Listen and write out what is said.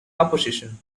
opposition